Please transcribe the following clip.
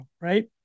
right